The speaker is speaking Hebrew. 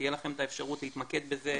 תהיה לכם אפשרות להתמקד בזה,